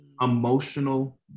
Emotional